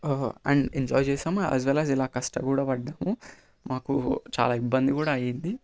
and enjoy చేసాము as well as ఇలా కష్టం కూడా పడ్డాము మాకు చాలా ఇబ్బంది కూడా అయింది